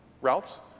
routes